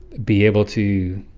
be able to